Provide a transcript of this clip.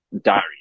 diary